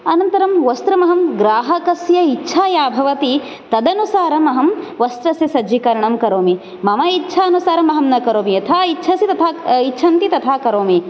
अनन्तरं वस्त्रम् अहं ग्राहकस्य इच्छा या भवति तदनुसारम् अहं वस्त्रस्य सज्जीकरणं करोमि मम इच्छा अनुसारणम् अहं न करोमि यथा इच्छसि तथा इच्छन्ति तथा करोमि